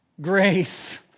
grace